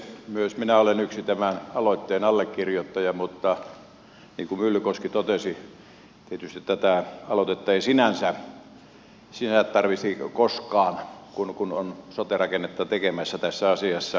myös minä olen yksi tämän aloitteen allekirjoittaja mutta niin kuin myllykoski totesi tietysti tätä aloitetta ei sinänsä tarvitsisi koskaan toteuttaa kun ollaan sote rakennetta tekemässä tässä asiassa